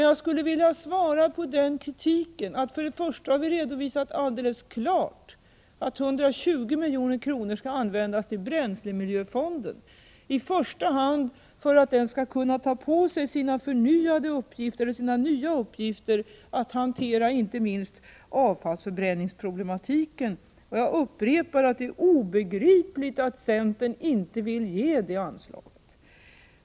Jag skulle på den kritiken vilja svara att vi har redovisat alldeles klart att 120 milj.kr. skall användas till bränslemiljöfonden, i första hand för att den skall kunna ta på sig sina nya uppgifter med att hantera inte minst avfallsförbränningsproblematiken. Och jag upprepar att det är obegripligt att centern inte vill ge det anslaget.